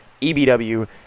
EBW